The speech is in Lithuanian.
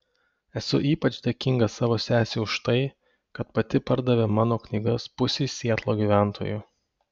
esu ypač dėkinga savo sesei už tai kad pati pardavė mano knygas pusei sietlo gyventojų